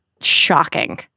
shocking